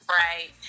right